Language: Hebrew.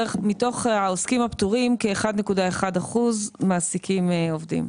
מתוך העוסקים הפטורים כ-1.1% מעסיקים עובדים.